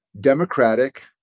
democratic